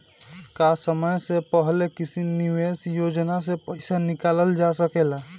का समय से पहले किसी निवेश योजना से र्पइसा निकालल जा सकेला?